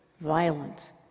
violent